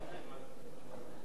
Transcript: לרשותך חמש דקות.